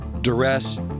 duress